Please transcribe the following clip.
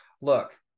Look